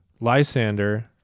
Lysander